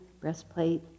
breastplate